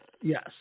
Yes